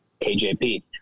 KJP